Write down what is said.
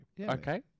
Okay